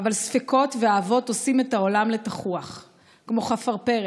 // אבל ספקות ואהבות עושים / את העולם לתחוח / כמו חפרפרת,